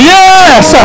yes